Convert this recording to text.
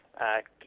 act